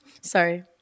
Sorry